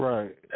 Right